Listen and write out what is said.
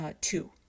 two